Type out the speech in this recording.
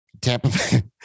Tampa